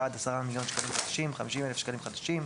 עד 10 מיליון שקלים חדשים 50,000 שקלים חדשים.